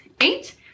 eight